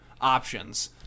Options